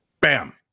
Bam